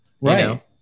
Right